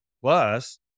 Plus